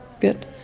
good